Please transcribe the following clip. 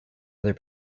other